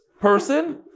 person